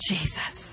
Jesus